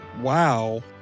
Wow